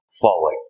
forward